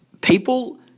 people –